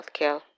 healthcare